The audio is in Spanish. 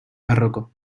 barroco